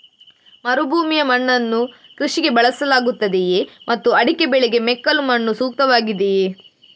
ಮರುಭೂಮಿಯ ಮಣ್ಣನ್ನು ಕೃಷಿಗೆ ಬಳಸಲಾಗುತ್ತದೆಯೇ ಮತ್ತು ಅಡಿಕೆ ಬೆಳೆಗೆ ಮೆಕ್ಕಲು ಮಣ್ಣು ಸೂಕ್ತವಾಗಿದೆಯೇ?